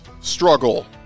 struggle